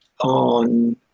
on